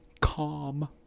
calm